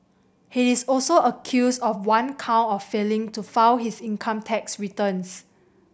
he is also accused of one count of failing to file his income tax returns